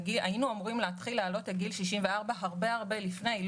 היינו אמורים להתחיל להעלות לגיל 64 כבר לפני זמן רב,